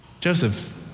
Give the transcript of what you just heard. Joseph